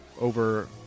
over